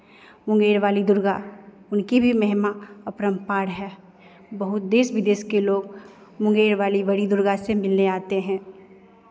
मुंगेर वाली दुर्गा उनकी भी महिमा अपरम्पार है बहुत देश विदेश के लोग मुंगेर वाली बड़ी दुर्गा से मिलने आते हैं